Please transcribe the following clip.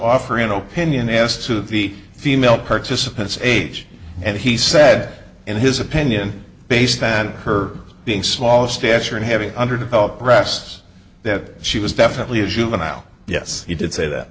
offer an opinion as to the female participants age and he said in his opinion based than her being small stature and having underdeveloped breasts that she was definitely a juvenile yes he did say that